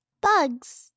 Bugs